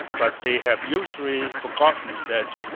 but they have usually forgotten that,